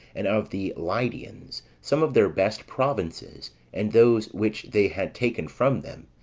and of the lydians, some of their best provinces and those which they had taken from them,